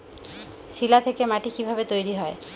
শিলা থেকে মাটি কিভাবে তৈরী হয়?